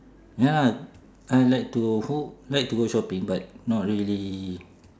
ya I like to who like to go shopping but not really